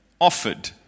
offered